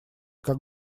как